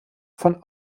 von